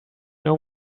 know